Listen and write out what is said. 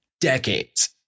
decades